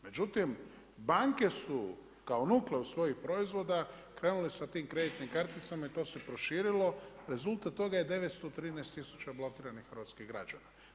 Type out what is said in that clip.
Međutim, banke su kao nukleus svoj proizvoda krenula sa tim kreditnim karticama i to se proširilo, rezultat toga je 913 tisuća blokiranih hrvatskih građana.